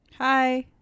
Hi